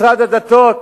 משרד הדתות,